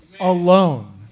alone